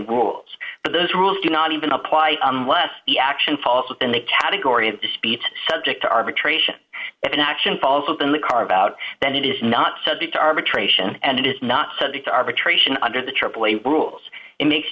rules but those rules do not even apply unless the action false within the category of disputes subject to arbitration if an action falls within the carve out then it is not subject to arbitration and it is not subject to arbitration under the aaa rules it makes